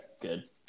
good